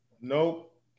Nope